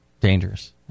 dangerous